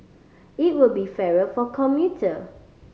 it will be fairer for commuter